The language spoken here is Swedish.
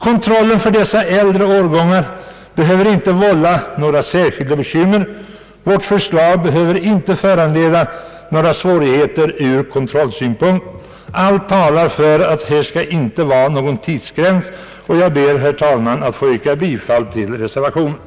Kontrollen för dessa äldre årgångar behöver inte vålla några särskilda bekymmer, och vårt förslag behöver alltså inte föranleda några svårigheter ur kontrollsynpunkt. Allt talar för att det här inte skall vara någon tidsgräns, och jag ber, herr talman, att få yrka bifall till reservationen.